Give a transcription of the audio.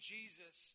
Jesus